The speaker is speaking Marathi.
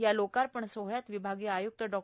या लोकार्पण सोहळ्यात विभागीय आय्रक्त डॉ